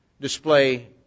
display